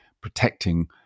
protecting